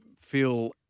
feel